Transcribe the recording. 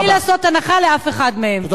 בלי לעשות הנחה לאף אחד מהם.